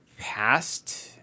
past